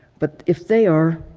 but if they are,